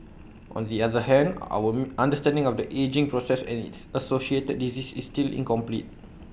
on the other hand our understanding of the ageing process and its associated diseases is still incomplete